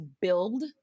build